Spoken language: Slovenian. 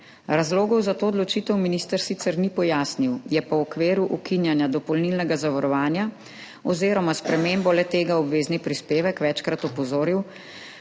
Razlogov za to odločitev minister sicer ni pojasnil, je pa v okviru ukinjanja dopolnilnega zavarovanja oziroma spremembo le-tega v obvezni prispevek večkrat opozoril,